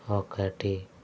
ఒకటి